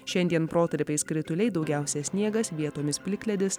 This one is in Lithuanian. šiandien protarpiais krituliai daugiausiai sniegas vietomis plikledis